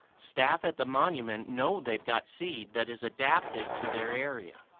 staff at the monument know they've got seed that is adapted to their area.